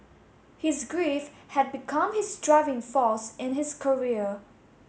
his grief had become his driving force in his career